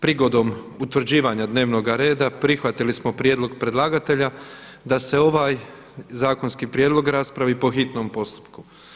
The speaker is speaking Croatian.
Prigodom utvrđivanja dnevnoga reda prihvatili smo prijedlog predlagatelja da se ovaj zakonski prijedlog raspravi po hitnom postupku.